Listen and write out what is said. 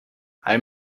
hij